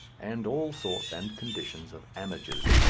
and all sorts and conditions of amateurs.